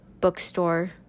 bookstore